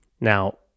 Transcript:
Now